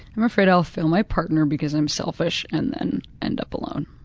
i'm afraid i'll fail my partner because i'm selfish and then end up alone.